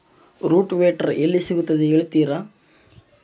Rotavator ಎಲ್ಲಿ ಸಿಗುತ್ತದೆ ಹೇಳ್ತೇರಾ?